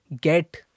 get